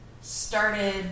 started